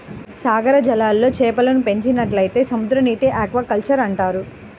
సాగర జలాల్లో చేపలను పెంచినట్లయితే సముద్రనీటి ఆక్వాకల్చర్ అంటారు